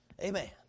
Amen